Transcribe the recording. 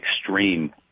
extreme